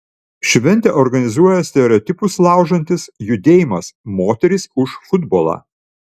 šventę organizuoja stereotipus laužantis judėjimas moterys už futbolą